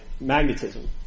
magnetism